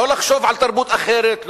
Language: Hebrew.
לא לחשוב על תרבות אחרת,